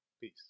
Peace